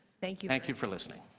thank you thank you for listening.